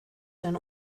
than